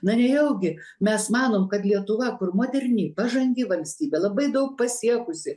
na nejaugi mes manom kad lietuva kur moderni pažangi valstybė labai daug pasiekusi